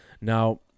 Now